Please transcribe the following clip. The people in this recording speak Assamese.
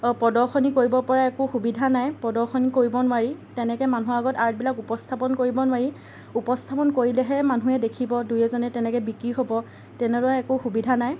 প্ৰদৰ্শনী কৰিব পৰা একো সুবিধা নাই প্ৰদৰ্শনী কৰিব নোৱাৰি তেনেকৈ মানুহৰ আগত আৰ্টবিলাক উপস্থাপন কৰিব নোৱাৰি উপস্থাপন কৰিলেহে মানুহে দেখিব দুই এজনে তেনেকৈ বিক্ৰী হ'ব তেনেকুৱা একো সুবিধা নাই